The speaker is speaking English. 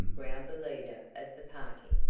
growled the leader of the party,